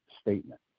statement